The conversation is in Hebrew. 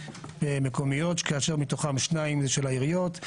מקומיות כאשר מתוכם שניים זה של העיריות,